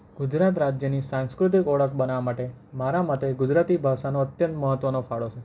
ગુજરાત રાજ્યની સાંસ્કૃતિક ઓળખ બનાવવા માટે મારા મતે ગુજરાતી ભાષાનો અત્યંત મહત્ત્વનો ફાળો છે